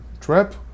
trap